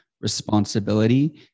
responsibility